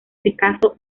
picasso